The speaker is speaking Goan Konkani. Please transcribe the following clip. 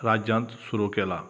राज्यांत सुरू केलां